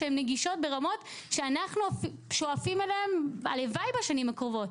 שהן נגישות ברמות שאנחנו שואפים אליהם והלוואי שנגיע בשנים הקרובות.